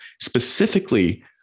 specifically